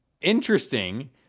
interesting